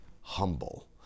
humble